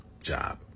job